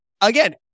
again